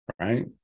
Right